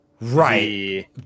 Right